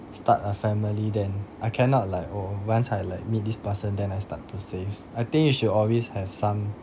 start a family then I cannot like oh once I like meet this person then I start to save I think you should always have some